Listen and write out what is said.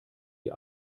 die